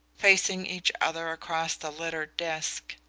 facing each other across the littered desk.